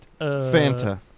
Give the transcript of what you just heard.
Fanta